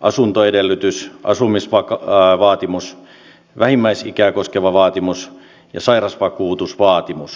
asuntoedellytys asumisvaatimus vähimmäisikää koskeva vaatimus ja sairausvakuutusvaatimus